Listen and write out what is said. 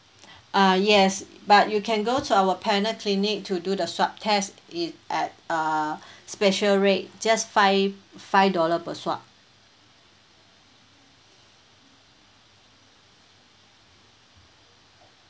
uh yes but you can go to our panel clinic to do the swab test it at a special rate just five five dollar per swab